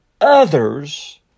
others